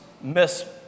miss